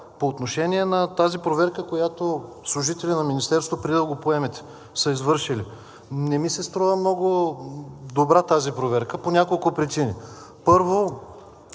по отношение на тази проверка, която служители на Министерството са извършили, преди да го поемете. Не ми се струва много добра тази проверка по няколко причини. Първо,